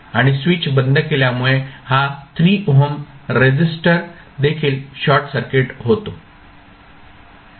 आणि स्विच बंद केल्यामुळे हा 3 ओहम रेसिस्टर देखील शॉर्ट सर्किट होतो